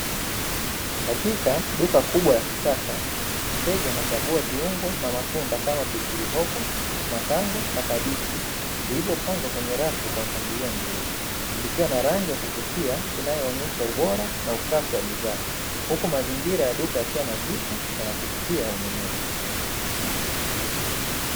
Katika duka kubwa la kisasa mteja anachagua viungo na matunda kama; pilipili hoho, matango na kabichi, vilivyopangwa kwenye rafu kwa mpangilio mzuri, zikiwa na rangi za kuvutia inayoonesha ubora na usafi wa bidhaa, huku mazingira ya duka yakiwa nadhifu na yakuvutia ununuzi.